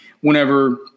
whenever